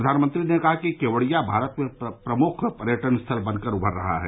प्रधानमंत्री ने कहा कि केवड़िया भारत में प्रमुख पर्यटन स्थल बनकर उभर रहा है